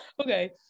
okay